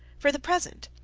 for the present,